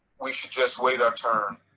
we should just wait our turn.